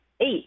eight